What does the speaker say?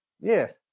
Yes